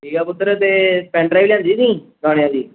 ਠੀਕ ਆ ਪੁੱਤਰ ਅਤੇ ਪੈਨ ਡਰਾਈਵ ਲਿਆਉਂਦੀ ਤੁਸੀਂ ਗਾਣਿਆਂ ਦੀ